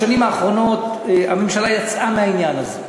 בשנים האחרונות הממשלה יצאה מהעניין הזה.